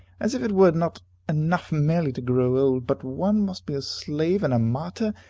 as if it were not enough merely to grow old, but one must be a slave and a martyr,